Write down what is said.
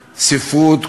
ספרות,